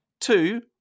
Two